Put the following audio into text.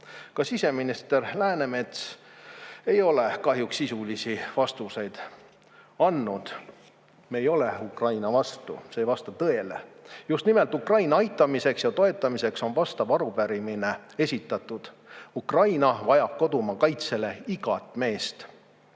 Ka siseminister Läänemets ei ole kahjuks sisulisi vastuseid andnud. Me ei ole Ukraina vastu, see ei vasta tõele. Just nimelt Ukraina aitamiseks ja toetamiseks on vastav arupärimine esitatud. Ukraina vajab kodumaa kaitseks igat meest.